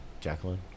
Jacqueline